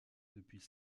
depuis